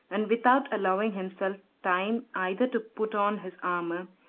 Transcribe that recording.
and without allowing himself time either to put on his armor,